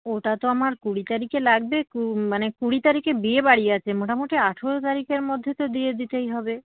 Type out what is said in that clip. ওটা তো আমার কুড়ি তারিখে লাগবে মানে কুড়ি তারিখে বিয়ে বাড়ি আছে মোটামুটি আঠেরো তারিখের মধ্যে তো দিয়ে দিতেই হবে